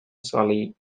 solely